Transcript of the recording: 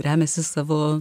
remiasi savo